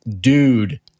Dude